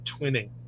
twinning